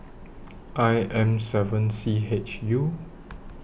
I M seven C H U